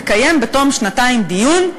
תקיים בתום שנתיים דיון,